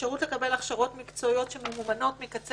אפשרות לקבל הכשרות מקצועיות שממומנות מקצה